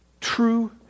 true